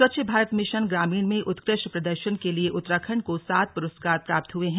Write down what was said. स्वच्छ भारत मिशन ग्रामीण में उत्कृष्ट प्रदर्शन के लिए उत्तराखंड को सात पुरस्कार प्राप्त हुए है